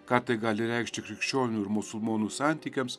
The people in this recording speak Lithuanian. ką tai gali reikšti krikščionių ir musulmonų santykiams